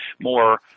more